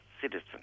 citizen